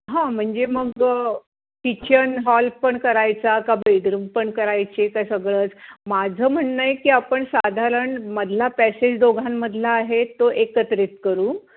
हां म्हणजे मग किचन हॉल पण करायचा का बेडरूम पण करायचे का सगळंच माझं म्हणणं आहे की आपण साधारण मधला पॅसेज दोघांमधला आहे तो एकत्रित करू